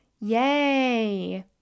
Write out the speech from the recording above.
Yay